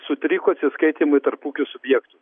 sutriko atsiskaitymai tarp ūkio subjektų